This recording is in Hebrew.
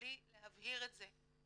לי להבהיר את זה,